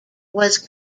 was